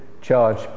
charge